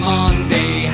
Monday